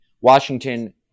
washington